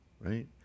right